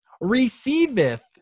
receiveth